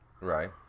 Right